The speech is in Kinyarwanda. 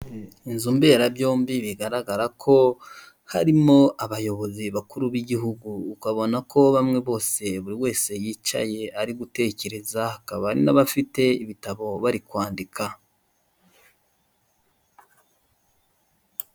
Inzu mberabyombi bigaragara ko harimo abayobozi bakuru b'igihugu ukabona ko bamwe bose buri wese yicaye ari gutekereza hakaba hari n'abafite ibitabo bari kwandika.